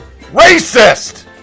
Racist